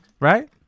right